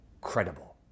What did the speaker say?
credible